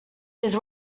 his